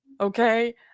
okay